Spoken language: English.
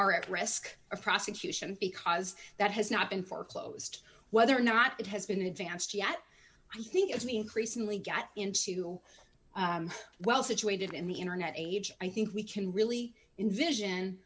are at risk of prosecution because that has not been foreclosed whether or not it has been advanced yet i think it's me increasingly got into well situated in the internet age i think we can really invision